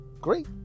great